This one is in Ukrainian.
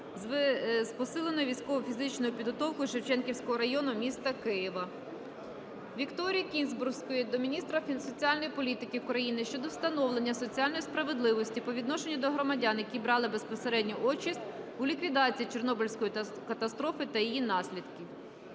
з посиленою військово-фізичною підготовкою Шевченківського району міста Києва. Вікторії Кінзбурської до міністра соціальної політики України щодо встановлення соціальної справедливості по відношенню до громадян, які брали безпосередню участь у ліквідації Чорнобильської катастрофи та її наслідків.